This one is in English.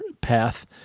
path